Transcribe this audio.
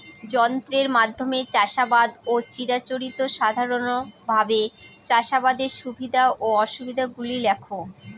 যন্ত্রের মাধ্যমে চাষাবাদ ও চিরাচরিত সাধারণভাবে চাষাবাদের সুবিধা ও অসুবিধা গুলি লেখ?